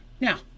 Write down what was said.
Now